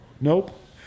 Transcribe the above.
Nope